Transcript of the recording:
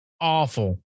awful